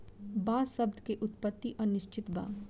बांस शब्द के उत्पति अनिश्चित बा